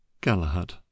Galahad